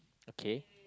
okay